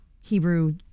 Hebrew